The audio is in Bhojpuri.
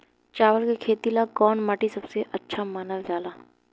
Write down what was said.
चावल के खेती ला कौन माटी सबसे अच्छा मानल जला?